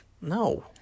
No